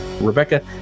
Rebecca